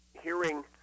hearing